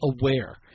aware